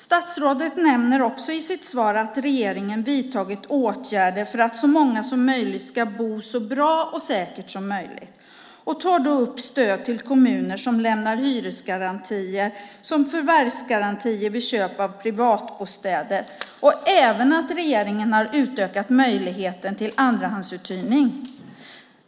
Statsrådet nämner också i sitt svar att regeringen vidtagit åtgärder för att så många som möjligt ska bo så bra och säkert som möjligt och tar då upp stöd till kommuner som lämnar hyresgarantier som förvärvsgarantier vid köp av privatbostäder och att regeringen har utökat möjligheten till andrahandsuthyrning.